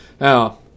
Now